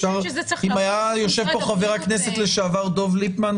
אם היה יושב כאן חבר הכנסת לשעבר דב ליפמן,